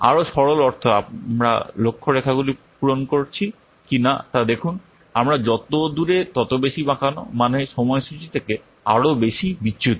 আরও সরল অর্থ আমরা লক্ষ্য রেখাগুলি পূরণ করছি কিনা তা দেখুন আমরা যত দূরে তত বেশি বাঁকানো মানে সময়সূচী থেকে আরও বেশি বিচ্যুতি